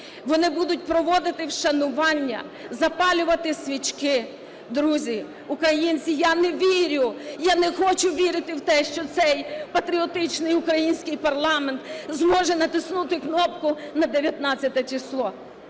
вони будуть проводити вшанування, запалювати свічки. Друзі, українці, я не вірю, я не хочу вірити в те, що цей патріотичний український парламент зможе натиснути кнопку на 19 число!